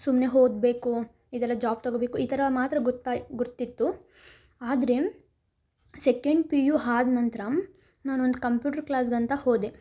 ಸುಮ್ಮನೆ ಓದ್ಬೇಕು ಇದೆಲ್ಲ ಜಾಬ್ ತೊಗೋಬೇಕು ಈ ಥರ ಮಾತ್ರ ಗೊತ್ತಾಗುತ್ತಿತ್ತು ಆದರೆ ಸೆಕೆಂಡ್ ಪಿ ಯು ಆದ್ ನಂತರ ನಾನು ಒಂದು ಕಂಪ್ಯೂಟರ್ ಕ್ಲಾಸ್ಗಂತ ಹೋದೆ